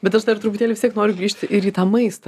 bet aš dar truputėlį vis tiek noriu grįžti ir į tą maistą